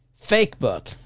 Fakebook